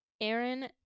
Aaron